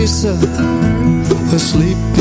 Asleep